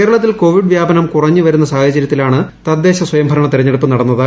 കേരളത്തിൽ കോവിഡ് വ്യാപനം കുറഞ്ഞ് വരുന്ന സാഹചര്യത്തിലാണ് തദ്ദേശസ്വയംഭരണ തെരഞ്ഞെടുപ്പ് നടന്നത്